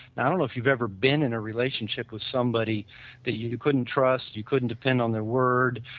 now, if you've ever been in a relationship with somebody that you couldn't trust, you couldn't depend on their word,